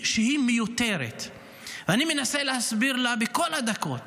שהיא מיותרת ואני מנסה לה להסביר לה בכל הדקות